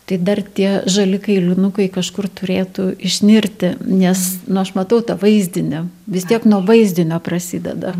tai dar tie žali kailinukai kažkur turėtų išnirti nes nu aš matau tą vaizdinį vis tiek nuo vaizdinio prasideda